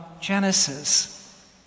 Genesis